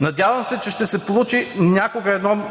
Надявам се, че някога ще се получи едно